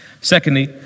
Secondly